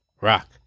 Rock